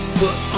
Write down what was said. put